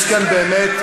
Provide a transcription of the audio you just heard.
יש כאן באמת,